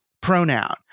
pronoun